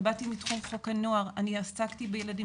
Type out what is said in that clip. שבאתי מתחום חוק הנוער ועסקתי בילדים